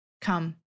Come